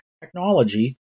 technology